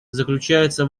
заключается